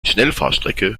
schnellfahrstrecke